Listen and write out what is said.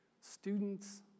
students